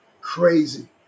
Crazy